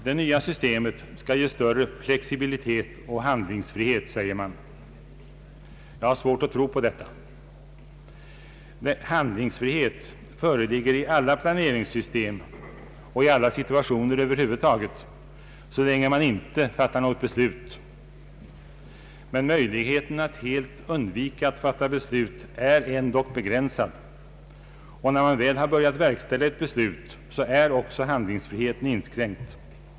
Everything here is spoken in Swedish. Det nya systemet skall ge större flexibilitet och handlingsfrihet, säger man. Jag har svårt att tro på detta. Handlingsfrihet föreligger i alla planeringssystem — och i alla situationer över huvud taget — så länge man inte fattar något beslut. Men möjligheten att helt undvika att fatta beslut är ändock begränsad, och när man väl har börjat verkställa ett beslut är också handlingsfriheten inskränkt.